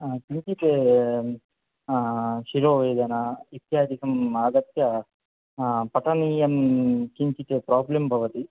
किञ्चित् शिरोवेदना इत्यादिकम् आगत्य पतनीयं किञ्चित् प्राब्लं भवति